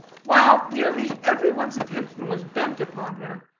while nearly every one's attention was bent upon her,